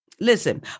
Listen